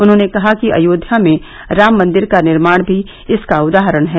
उन्होंने कहा कि अयोध्या में राम मंदिर का निर्माण भी इसका उदाहरण है